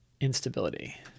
instability